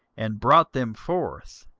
and brought them forth,